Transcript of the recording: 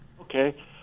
Okay